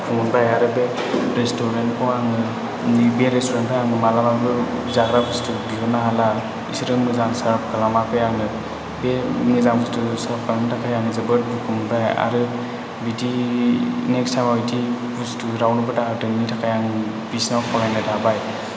दुखु मोनबाय आरो बे रेस्टुरेन्टखौ आङो बे रेस्टुरेन्टनिफ्राय आं मालाबाबो जाग्रा बुस्तु बिहरनो हाला बिसोरो मोजां सार्भ खालामाखै आंनो बे मोजां बुस्तु सार्भ खालामैनि थाखाय आं जोबोद दुखु मोनबाय आरो बिदि नेक्स्ट टाइमाव बिदि बुस्तु रावनोबो दा होथों बिनि थाखाय आं बिसोरनाव खावलायनाय थाबाय